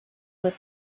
with